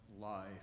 life